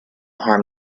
harm